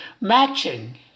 matching